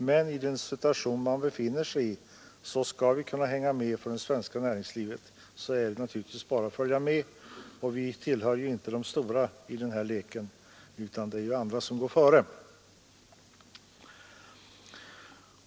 Men skall det svenska näringslivet kunna hänga med, är det bara för oss att följa efter; vi tillhör inte de stora i den här leken, utan det är andra som går före.